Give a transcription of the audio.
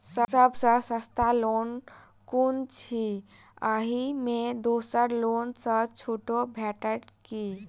सब सँ सस्ता लोन कुन अछि अहि मे दोसर लोन सँ छुटो भेटत की?